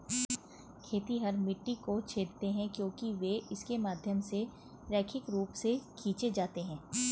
खेतिहर मिट्टी को छेदते हैं क्योंकि वे इसके माध्यम से रैखिक रूप से खींचे जाते हैं